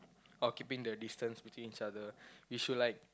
or keeping the distance between each other you should like